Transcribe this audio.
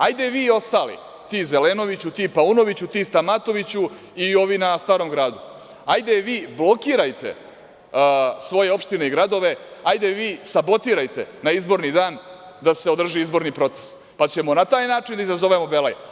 Hajde vi ostali, ti Zelenoviću, ti Paunoviću, ti Stamatoviću i ovi na Starom gradu, hajde vi blokirajte svoje opštine i gradove, hajde vi sabotirajte na izborni dan, da se održi izborni proces, pa ćemo na taj način da izazovemo belaj.